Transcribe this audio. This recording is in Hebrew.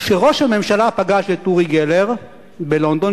שראש הממשלה פגש את אורי גלר בלונדון,